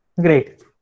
Great